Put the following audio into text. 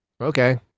Okay